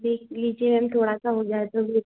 देख लीजिए अगर थोड़ा सा हो जाए तो कर लीजिए